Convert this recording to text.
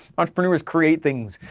entrepreneurs create things,